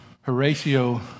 Horatio